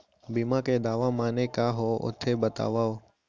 बीमा के दावा माने का होथे बतावव?